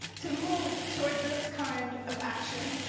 to move toward this kind of action.